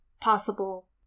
possible